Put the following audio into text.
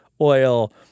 oil